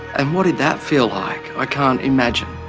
and what did that feel like? i can't imagine.